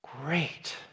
Great